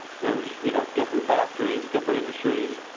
there's you know different factories, different industries.